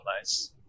nice